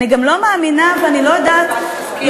ואני גם לא מאמינה ואני לא יודעת אם